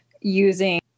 using